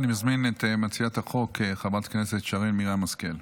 אני מזמין את מציעת החוק חברת הכנסת שרן מרים השכל,